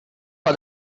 for